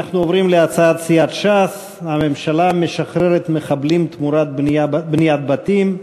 אנחנו עוברים להצעת סיעת ש"ס: הממשלה משחררת מחבלים תמורת בניית בתים.